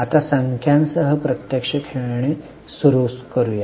आता संख्यांसह प्रत्यक्ष खेळणे सुरू करूया